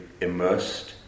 immersed